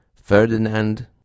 Ferdinand